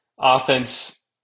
Offense